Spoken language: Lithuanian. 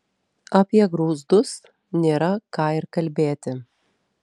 apie grūzdus nėra ką ir kalbėti